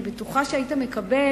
אני בטוחה שהיית מקבל